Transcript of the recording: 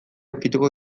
ukituko